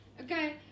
Okay